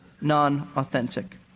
non-authentic